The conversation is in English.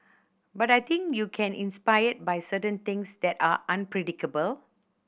but I think you can inspired by certain things that are unpredictable